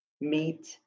meet